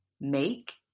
Make